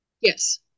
Yes